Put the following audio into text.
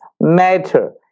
matter